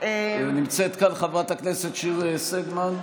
נמצאת כאן חברת הכנסת שיר סגמן.